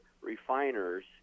refiners